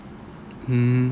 mm